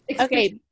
Okay